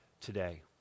today